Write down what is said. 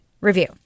review